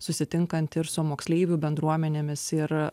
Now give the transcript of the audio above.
susitinkant ir su moksleivių bendruomenėmis ir